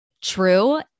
true